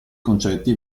concetti